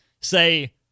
say